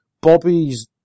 Bobby's